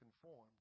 conformed